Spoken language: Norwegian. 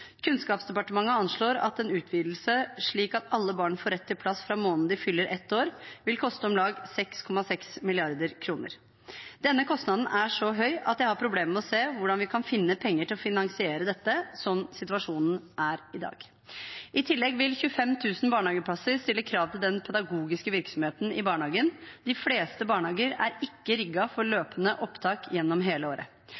Kunnskapsdepartementet anslår at en utvidelse sånn at alle barn får rett til plass fra måneden de fyller ett år, vil koste om lag 6,6 mrd. kr. Denne kostnaden er så høy at jeg har problemer med å se hvordan vi kan finne penger til å finansiere det sånn situasjonen er i dag. I tillegg vil 25 000 nye barnehageplasser stille krav til den pedagogiske virksomheten i barnehagen. De fleste barnehager er ikke rigget for